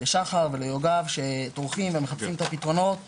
לשחר וליוגב שדרוכים ומחפשים את הפתרונות